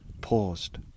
paused